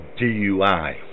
DUI